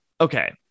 Okay